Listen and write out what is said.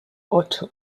ocho